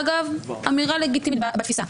אגב, אמירה לגיטימית בתפיסה.